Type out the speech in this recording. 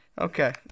Okay